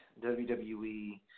WWE